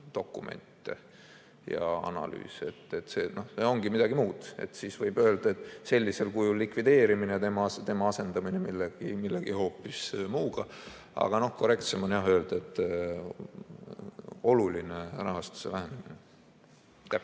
dokumente ja analüüse. See ongi midagi muud. Siis võib öelda, et sellisel kujul toimub tema likvideerimine ja asendamine millegi hoopis muuga. Aga noh, korrektsem on jah öelda, et on oluline rahastuse vähendamine. Margit